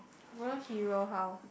real hero how